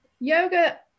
yoga